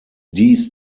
dies